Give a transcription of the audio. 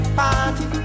party